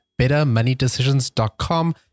bettermoneydecisions.com